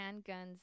handguns